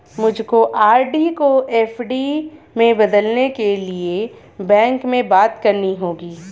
मुझको आर.डी को एफ.डी में बदलने के लिए बैंक में बात करनी होगी